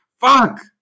fuck